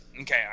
okay